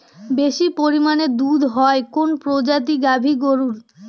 বেশি পরিমানে দুধ হয় কোন প্রজাতির গাভি গরুর?